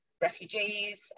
refugees